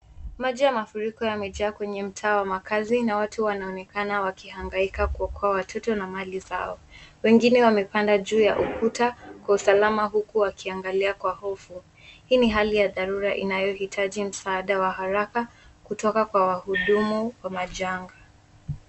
Maji ya mafuriko yamejaa kwenye mtaa wa makazi na watu wanaonekana wakihangaika kuokoa watoto na mali zao. Wengine wamepanda juu ya ukuta kwa usalama huku wakiangalia kwa hofu. Hii ni hali ya dharura inayohitaji msaada wa haraka kutoka kwa wahudumu wa majangaa.